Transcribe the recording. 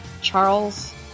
Charles